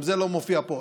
גם זה לא מופיע פה,